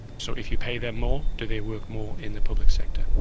so if you pay them more, do they work more in the public sector?